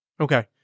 Okay